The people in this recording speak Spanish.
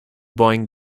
boeing